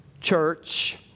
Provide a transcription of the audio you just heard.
church